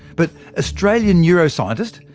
but australian neuroscientist,